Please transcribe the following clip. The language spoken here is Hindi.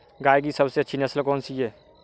गाय की सबसे अच्छी नस्ल कौनसी है?